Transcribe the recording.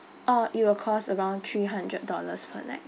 uh it will cost around three hundred dollars per night